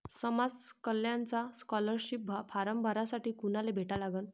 समाज कल्याणचा scholarship form भरासाठी कुनाले भेटा लागन?